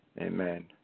Amen